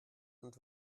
und